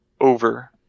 over